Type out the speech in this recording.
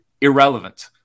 Irrelevant